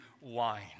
wine